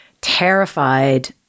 terrified